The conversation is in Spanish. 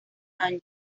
año